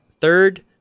third